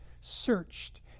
searched